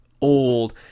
old